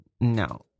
No